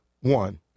one